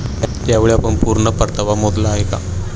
यावेळी आपण पूर्ण परतावा मोजला आहे का?